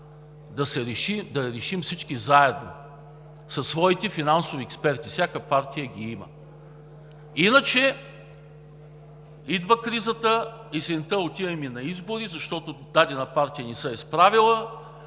да решим всички заедно със своите финансови експерти. Всяка партия ги има. Иначе идва кризата, есента отиваме на избори, защото дадена партия не се е справила,